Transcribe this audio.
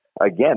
again